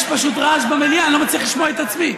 יש פשוט רעש במליאה, אני לא מצליח לשמוע את עצמי.